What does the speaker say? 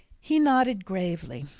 he nodded gravely.